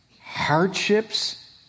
hardships